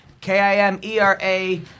K-I-M-E-R-A